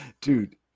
Dude